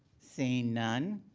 seeing none,